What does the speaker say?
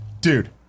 dude